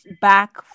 back